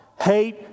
hate